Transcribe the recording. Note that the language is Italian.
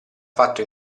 fatto